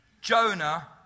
Jonah